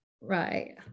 Right